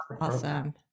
awesome